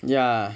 ya